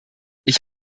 ich